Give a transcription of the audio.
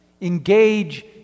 Engage